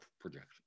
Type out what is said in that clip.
projection